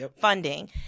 funding